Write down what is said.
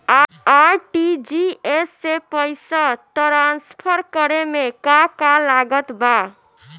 RTGS से पईसा transfer करे मे का का लागत बा?